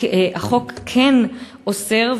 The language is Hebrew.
החוק כן אוסר,